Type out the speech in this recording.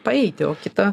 paeiti o kita